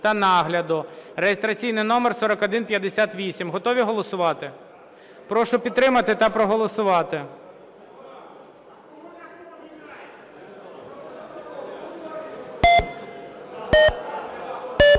(реєстраційний номер 3157). Готові голосувати? Прошу підтримати та проголосувати.